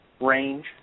range